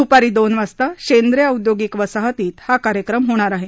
दुपारी दोन वाजता शेंद्रे औधिगिक वसाहतीत हा कार्यक्रम होणार आहे